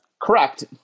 correct